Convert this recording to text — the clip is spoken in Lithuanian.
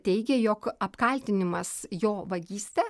teigė jog apkaltinimas jo vagyste